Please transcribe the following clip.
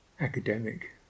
academic